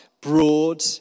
broad